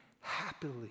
happily